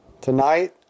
tonight